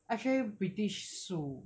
actually british 输